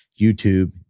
YouTube